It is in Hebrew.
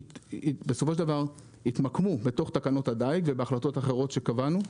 שבסופו של דבר התמקמו בתוך תקנות הדיג ובהחלטות אחרות שקבענו: